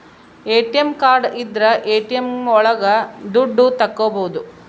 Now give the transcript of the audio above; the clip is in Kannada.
ಎ.ಟಿ.ಎಂ ಕಾರ್ಡ್ ಇದ್ರ ಎ.ಟಿ.ಎಂ ಒಳಗ ದುಡ್ಡು ತಕ್ಕೋಬೋದು